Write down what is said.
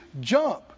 jump